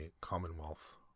Commonwealth